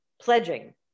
pledging